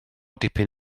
dipyn